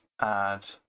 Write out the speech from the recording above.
add